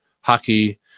hockey